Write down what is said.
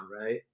right